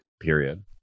Period